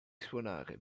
suonare